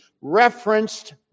referenced